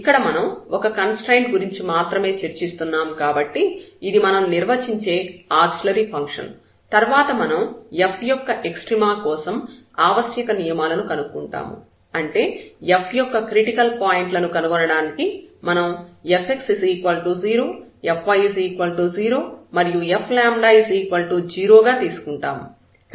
ఇక్కడ మనం ఒక కన్స్ట్రయిన్ట్ గురించి మాత్రమే చర్చిస్తున్నాము కాబట్టి ఇది మనం నిర్వచించే ఆక్సిలియరీ ఫంక్షన్ తర్వాత మనం F యొక్క ఎక్స్ట్రీమ కోసం ఆవశ్యక నియమాలను కనుక్కుంటాము అంటే F యొక్క క్రిటికల్ పాయింట్ లను కనుగొనడానికి మనం Fx0 Fy0 మరియు F0 గా తీసుకుంటాము